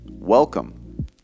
Welcome